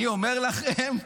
אני אומר לכם,